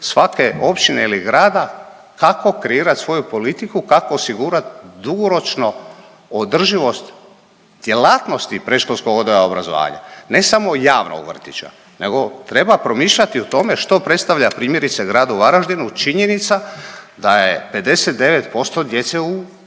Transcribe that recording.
svake općine ili grada kako kreirat svoju politiku, kako osigurat dugoročno održivost djelatnosti predškolskog odgoja i obrazovanja, ne samo javnog vrtića nego treba promišljat o tome što predstavlja primjerice Gradu Varaždinu činjenica da je 59% djece u